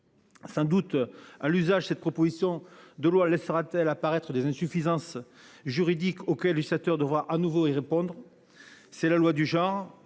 Sans doute à l'usage. Cette proposition de loi laissera-t-elle apparaître des insuffisances juridiques auxquels initiateur de voir à nouveau y répondre.